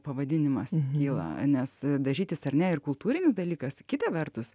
pavadinimas kyla nes dažytis ar ne ir kultūrinis dalykas kita vertus